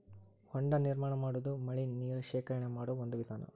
ಹೊಂಡಾ ನಿರ್ಮಾಣಾ ಮಾಡುದು ಮಳಿ ನೇರ ಶೇಖರಣೆ ಮಾಡು ಒಂದ ವಿಧಾನಾ